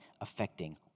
affecting